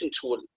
tool